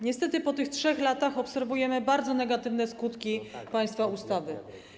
Niestety po tych 3 latach obserwujemy bardzo negatywne skutki państwa ustawy.